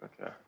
Okay